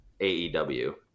AEW